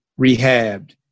rehabbed